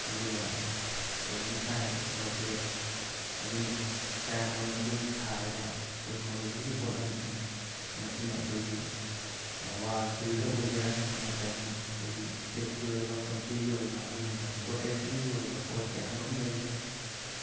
ꯑꯗꯨꯒ ꯑꯩꯈꯣꯏ missile rocket ꯑꯗꯨꯅ ꯀꯌꯥꯃꯔꯨꯝ ꯑꯩꯈꯣꯏꯅꯥ ꯁꯔꯤꯕ ꯇꯦꯛꯅꯣꯂꯣꯖꯤꯒꯤ ꯄꯣꯠꯂꯝꯁꯤꯡ ꯃꯁꯤꯅ ꯑꯩꯈꯣꯏꯒꯤ ꯋꯥꯔ ꯐꯤꯜꯗ ꯑꯣꯏꯒꯦꯔ ꯅꯠꯠꯇ꯭ꯔꯒꯅ ꯑꯩꯈꯣꯏꯒꯤ ꯁ꯭ꯇꯦꯠꯀꯤ ꯑꯣꯏꯕ ꯀꯥꯎꯟꯇ꯭ꯔꯤꯒꯤ ꯑꯣꯏꯕ ꯑꯗꯨꯒꯨꯝꯂꯕ ꯄ꯭ꯔꯣꯇꯦꯛꯁꯟꯒꯤ ꯑꯣꯏꯕ ꯄꯣꯠ ꯀꯌꯥꯃꯔꯨꯝ ꯂꯩꯈꯔꯦ